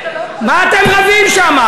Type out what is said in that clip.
מה אתם רבים שם,